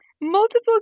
Multiple